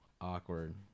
awkward